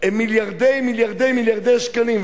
מיליארדי מיליארדי מיליארדי שקלים,